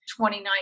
2019